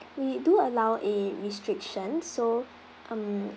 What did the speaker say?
we do allow a restriction so um